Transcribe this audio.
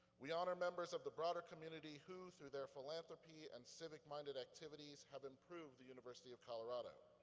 we honor members of the broader community who, through their philanthropy and civic minded activities, have improved the university of colorado.